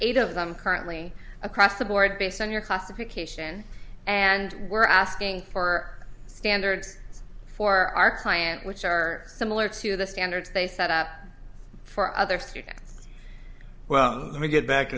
eight of them currently across the board based on your classification and we're asking for standards for our client which are similar to the standards they set up for other students well let me get back